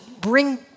bring